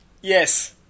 Yes